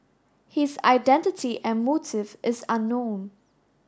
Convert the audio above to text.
his identity and motive is unknown